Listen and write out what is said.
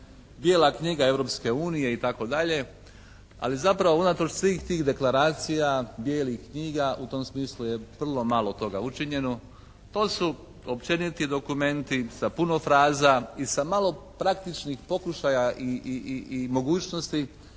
Bijela knjiga Europske unije itd. Ali zapravo, unatoč svih tih deklaracija, bijelih knjiga u tom smislu je vrlo malo toga učinjeno. To su općeniti dokumenti sa puno fraza i sa malo praktičnih pokušaja i mogućnosti